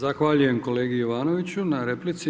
Zahvaljujem kolegi Jovanoviću na replici.